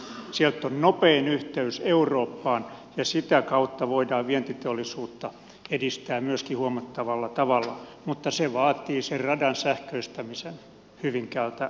sieltä on nopein yhteys eurooppaan ja sitä kautta voidaan vientiteollisuutta edistää myöskin huomattavalla tavalla mutta se vaatii sen radan sähköistämisen hyvinkäältä hankoon